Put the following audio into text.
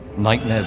nightmare